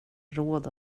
råd